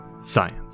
science